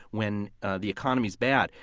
when the economy is bad.